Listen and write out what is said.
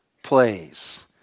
plays